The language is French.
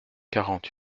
quarante